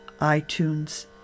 iTunes